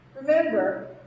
Remember